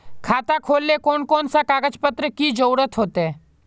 खाता खोलेले कौन कौन सा कागज पत्र की जरूरत होते?